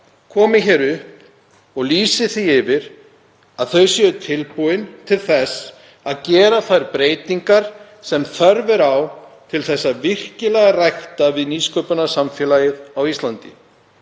komi hér upp og lýsi því yfir að þau séu tilbúin til þess að gera þær breytingar sem þörf er á til þess að rækta nýsköpunarsamfélagið á Íslandi